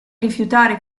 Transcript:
rifiutare